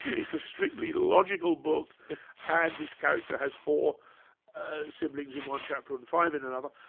it's a strictly logical book and this character has four siblings in one chapter and five in another,